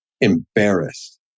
embarrassed